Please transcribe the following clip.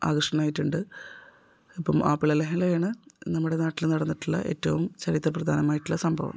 ആകർഷണായിട്ടുണ്ട് ഇപ്പം മാപ്പിള ലഹളയാണ് നമ്മുടെ നാട്ടിൽ നടന്നിട്ടുള്ള ഏറ്റവും ചരിത്ര പ്രധാനമായിട്ടുള്ള സംഭവം